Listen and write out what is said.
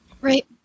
Right